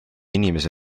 inimese